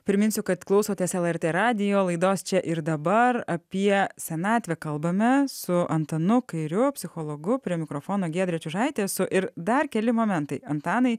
priminsiu kad klausotės lrt radijo laidos čia ir dabar apie senatvę kalbame su antanu kairiu psichologu prie mikrofono giedrė čiužaitė esu ir dar keli momentai antanai